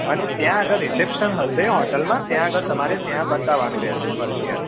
અને ત્યાં આગળ રિસેપ્સન હશે હોટલમાં ત્યાં આગળ તમારે ત્યાં બતાવવાનું રહેશે ફરજિયાત